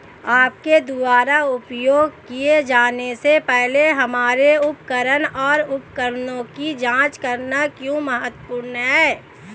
आपके द्वारा उपयोग किए जाने से पहले हमारे उपकरण और उपकरणों की जांच करना क्यों महत्वपूर्ण है?